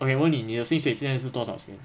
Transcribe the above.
okay 我问你你的薪水现在是多少钱